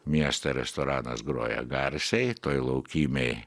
mieste restoranas groja garsiai toj laukymėj